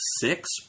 six